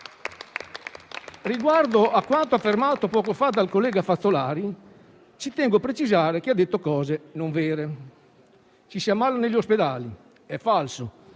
Riguardo a quanto affermato poco fa dal collega Fazzolari, tengo a precisare che ha detto cose non vere. Ci si ammala negli ospedali, è falso.